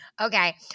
Okay